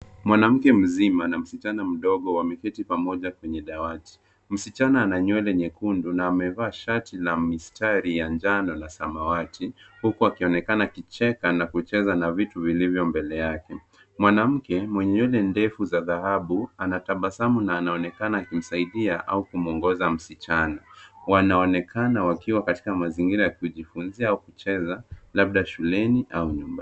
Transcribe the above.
Mwanamke mzima na msichana mdogo wameketi pamoja kwenye dawati. Msichana ana nywele nyekundu na amevaa shati la mistari ya njano na samawati. Huku akionekana akicheka na kucheza na vitu vilivyo mbele yake. Mwanamke mwenye nywele ndefu za dhahabu anatabasamu na anaonekana akimsaidia au kumwongoza msichana. Wanaonekana wakiwa katika mazingira ya kujifunzia au kucheza, labda shuleni au nyumbani.